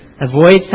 Avoid